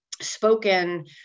spoken